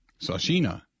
sashina